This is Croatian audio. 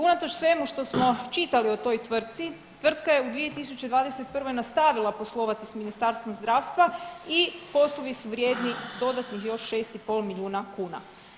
I unatoč svemu što smo čitali o toj tvrtci, tvrtka je u 2021. nastavila poslovati s Ministarstvom zdravstva i poslovi su vrijedni dodatnih još 6,5 milijuna kuna.